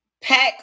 pack